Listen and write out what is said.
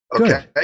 Okay